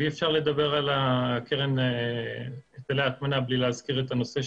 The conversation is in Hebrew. אי-אפשר לדבר על קרן היטלי ההטמנה בלי להזכיר את נושא